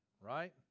right